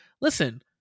listen